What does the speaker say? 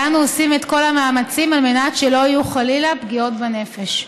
ואנו עושים את כל המאמצים על מנת שלא יהיו חלילה פגיעות בנפש.